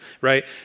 right